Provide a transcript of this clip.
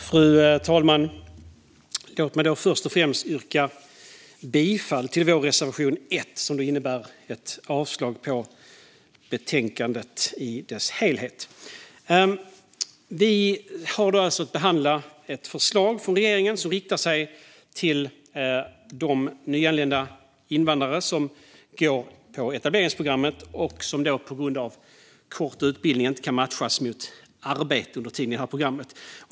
Fru talman! Låt mig först yrka bifall till vår reservation 1, som innebär ett avslag på utskottets förslag i dess helhet. Vi har alltså att behandla ett förslag från regeringen som riktar sig till de nyanlända invandrare som går på etableringsprogrammet och som på grund av kort utbildning inte kan matchas mot arbete under tiden i programmet.